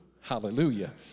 Hallelujah